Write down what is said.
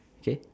okay